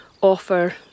offer